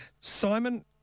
Simon